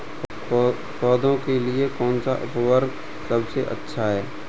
पौधों के लिए कौन सा उर्वरक सबसे अच्छा है?